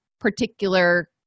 particular